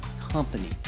company